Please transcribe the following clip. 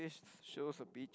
place shows a beach